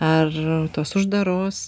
ar tos uždaros